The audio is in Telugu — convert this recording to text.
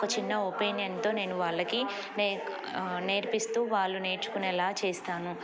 ఒక చిన్న ఒపీనియన్తో నేను వాళ్ళకి నేర్ నేర్పిస్తూ వాళ్ళు నేర్చుకునేలా చేస్తాను